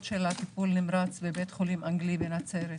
של הטיפול נמרץ בבית חולים אנגלי בנצרת.